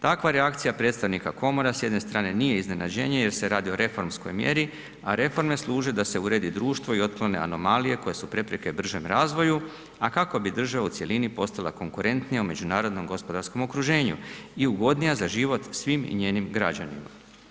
Takva reakcija predstavnika komora s jedne strane nije iznenađenje jer se radi o reformskoj mjeri, a reforme služe da se uredi društvo i otklone anomalije koje su prepreke bržem razvoju, a kako bi država u cjelini postala konkurentnija u međunarodnom gospodarskom okruženju i ugodnija za život svim i njenim građanima.